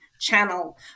channel